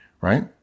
Right